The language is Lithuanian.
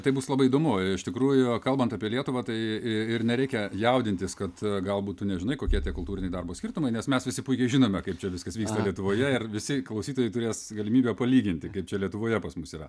tai bus labai įdomu iš tikrųjų kalbant apie lietuvą tai ir ir nereikia jaudintis kad galbūt tu nežinai kokie tie kultūriniai darbo skirtumai nes mes visi puikiai žinome kaip čia viskas vyksta lietuvoje ir visi klausytojai turės galimybę palyginti kaip čia lietuvoje pas mus yra